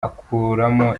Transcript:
akuremo